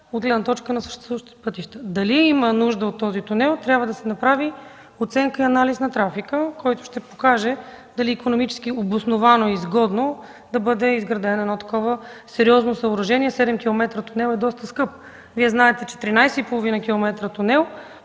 От гледна точка на съществуващите пътища дали има нужда от този тунел? Трябва да се направи оценка и анализ на трафика, който ще покаже дали икономически е обосновано и изгодно да бъде изградено едно такова сериозно съоръжение. Седем километра тунел е доста скъп. Вие знаете, че 13,5 км тунел